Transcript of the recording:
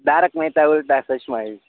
Tarak Mehta Ooltah Chashmah એમ